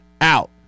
out